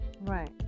right